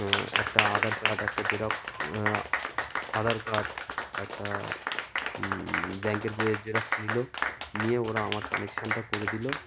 একটা আধার কার্ড একটা xerox Aadhaar card একটা ব্যাঙ্কের বইয়ের জেরক্স নিল নিয়ে ওরা আমার কানেকশানটা করে দিলো